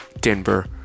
Denver